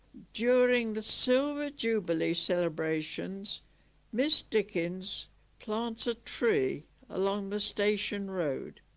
during the silver jubilee celebrations miss dickins plants a tree along the station road